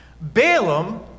Balaam